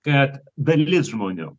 kad dalis žmonių